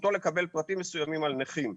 זכותו לקבל פרטים מסוימים על נכים.